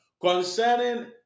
concerning